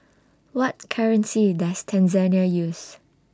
What currency Does Tanzania use